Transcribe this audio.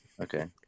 okay